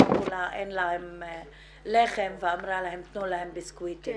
שאמרו לה שאין להם לחם והיא אמרה להם: תנו להם ביסקוויטים.